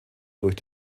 durch